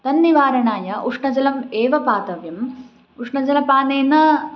तन्निवारणाय उष्णजलम् एव पातव्यम् उष्णजलपानेन